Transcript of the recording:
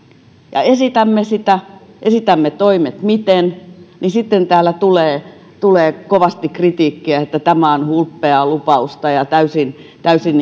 ja esitämme sitä ja esitämme toimet miten niin sitten täällä tulee tulee kovasti kritiikkiä että tämä on hulppeaa lupausta ja täysin täysin